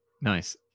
nice